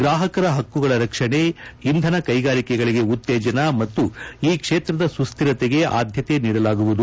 ಗ್ರಾಪಕರ ಪಕ್ಕುಗಳ ರಕ್ಷಣೆ ಇಂಧನ ಕೈಗಾರಿಕೆಗಳಿಗೆ ಉತ್ತೇಜನ ಮತ್ತು ಈ ಕ್ಷೇತ್ರದ ಸುಶ್ಧಿರತೆಗೆ ಆದ್ಯತೆ ನೀಡಲಾಗುವುದು